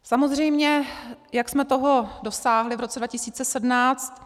Samozřejmě jak jsme toho dosáhli v roce 2017?